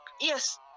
Yes